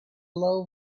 low